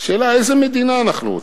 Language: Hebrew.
השאלה איזה מדינה אנחנו רוצים.